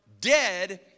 dead